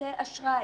לכרטיסי אשראי.